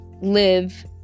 live